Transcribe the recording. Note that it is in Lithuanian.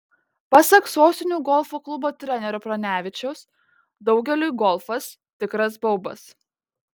pasak sostinių golfo klubo trenerio pranevičiaus daugeliui golfas tikras baubas